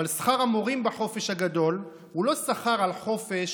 אבל שכר המורים בחופש הגדול הוא לא שכר על חופש